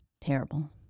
terrible